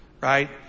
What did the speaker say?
right